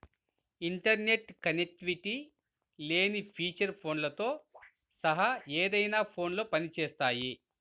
internet connectivity లేని feature ఫోన్లతో సహా ఏదైనా ఫోన్లో పని చేస్తాయి